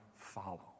follow